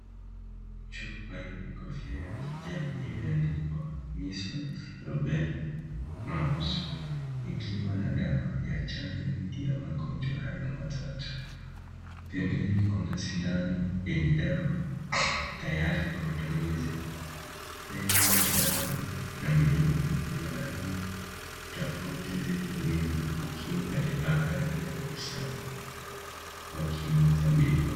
Chupe yenye kofia ya kijani imeandikwa measles, rubella ,mum'ls likiwa na dawa ya chajo dhidi ya magojwa hayo matatu. Pembeni Kuna sindano yenye dawa tayari kwa matumizi . Mbele Kuna dawa za vidonge vya rangi tafauti ziko nyuma. Zikiwa katika Hali ya usafi ya kimatibabu.